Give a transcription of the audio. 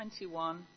21